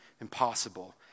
impossible